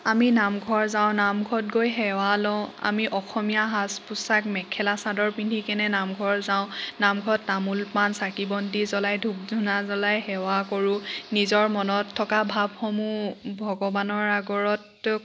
আমি নামঘৰ যাওঁ নামঘৰত গৈ সেৱা লওঁ আমি অসমীয়া সাজ পোচাক মেখেলা চাদৰ পিন্ধিকেনে নামঘৰ যাওঁ নামঘৰত তামোল পাণ চাকি বন্তি জলাই ধূপ ধুনা জলাই সেৱা কৰো নিজৰ মনত থকা ভাৱসমূহ ভগৱানৰ আগৰত